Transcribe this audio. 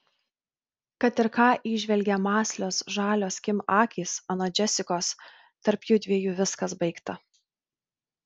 kad ir ką įžvelgė mąslios žalios kim akys anot džesikos tarp jųdviejų viskas baigta